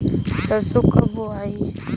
सरसो कब बोआई?